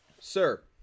Sir